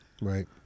Right